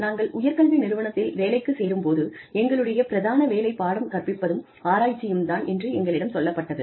நாங்கள் உயர் கல்வி நிறுவனத்தில் வேலைக்குச் சேரும் போது எங்களுடைய பிரதான வேலை பாடம் கற்பிப்பதும் ஆராய்ச்சியும் தான் என்று எங்களிடம் சொல்லப் பட்டது